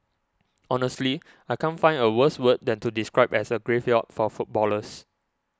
honestly I can't find a worse word than to describe as a graveyard for footballers